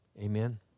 Amen